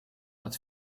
uit